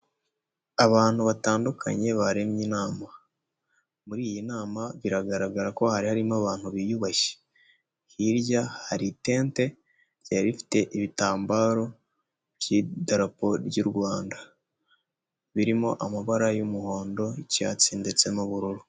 Abantu batandukanye baremye inama, muri iyi nama biragaragara ko hari harimo abantu biyubashye, hirya hari itente yari ifite ibitambaro by'idarapo ry'Urwanda, birimo amabara y'umuhondo, icyatsi ndetse n'ubururu.